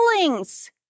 feelings